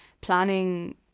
planning